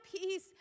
peace